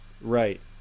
Right